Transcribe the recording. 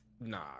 Nah